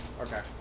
okay